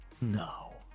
No